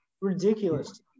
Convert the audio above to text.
ridiculous